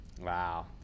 Wow